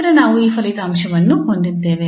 ನಂತರ ನಾವು ಈ ಫಲಿತಾಂಶವನ್ನು ಹೊಂದಿದ್ದೇವೆ